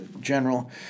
general